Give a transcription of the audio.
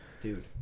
Dude